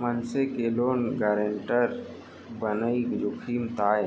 मनसे के loan guarantor बनई जोखिम ताय